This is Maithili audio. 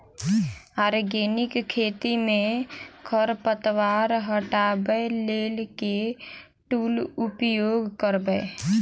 आर्गेनिक खेती मे खरपतवार हटाबै लेल केँ टूल उपयोग करबै?